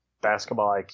basketball